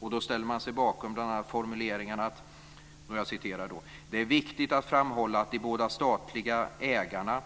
Då ställde man sig bakom bl.a. formuleringen: "Det är viktigt att framhålla att de båda statliga ägarna